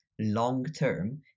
long-term